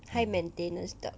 high maintenance 的